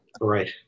Right